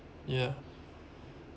yeah